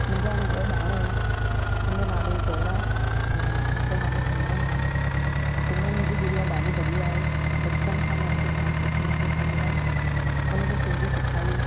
मुंहिंजा ॿ ॿार आहिनि उन जो नालो जयराज ऐं हिकु नालो सिमरन आहे सिमरन मुंहिंजी गुड़िया ॾाढी बढ़िया आहे बचपन खां मां उन खे जाम सुठे नमूने पालियो आहे उन खे सिंधी सेखारी